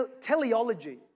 teleology